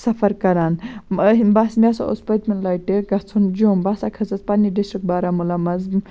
سفر کَران بَس مےٚ سا اوس پٔتمہِ لَٹہِ گژھُن جوٚم بہٕ ہَسا کھٔژٕس پنٛنہِ ڈِسٹِرٛک بارہمولہ منٛزٕ